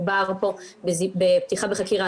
מדובר בפתיחה בחקירה,